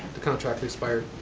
the contract expired.